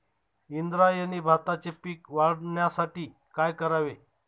इंद्रायणी भाताचे पीक वाढण्यासाठी काय करावे?